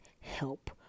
help